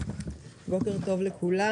בוקר טוב לכולם.